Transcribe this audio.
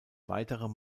weitere